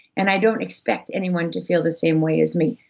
and i don't expect anyone to feel the same way as me.